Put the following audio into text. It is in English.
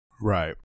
Right